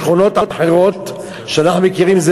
בשכונות אחרות שאנחנו מכירים,